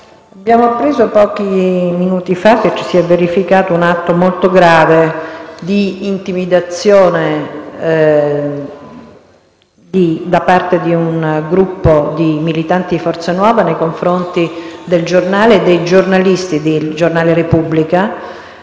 abbiamo appreso pochi minuti fa che si è verificato un atto molto grave di intimidazione da parte di un gruppo di militanti di Forza Nuova nei confronti del giornale e dei giornalisti del quotidiano «la Repubblica».